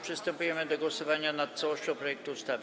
Przystępujemy do głosowania nad całością projektu ustawy.